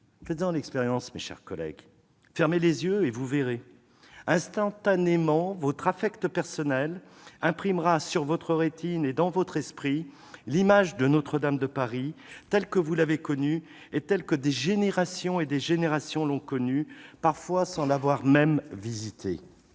Faites-en l'expérience, mes chers collègues. Fermez les yeux et vous verrez ! Instantanément, votre affect personnel imprimera sur votre rétine et dans votre esprit l'image de Notre-Dame de Paris, telle que vous l'avez connue, telle que des générations et des générations l'ont connue, parfois même sans l'avoir visitée.